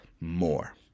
more